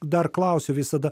dar klausiu visada